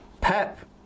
Pep